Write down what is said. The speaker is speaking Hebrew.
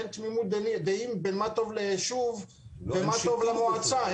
אין תמימות דעים במה טוב ליישוב, במה טוב למועצה.